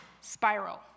spiral